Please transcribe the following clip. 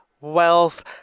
wealth